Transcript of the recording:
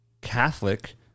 Catholic